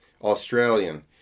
Australian